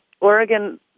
Oregon